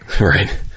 Right